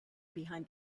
behind